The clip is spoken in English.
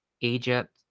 Egypt